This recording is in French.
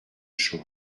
chose